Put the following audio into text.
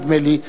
נדמה לי,